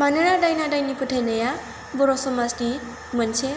मानोना दायना दायनि फोथायनाया बर' समाजनि मोनसे